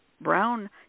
brown